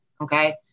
okay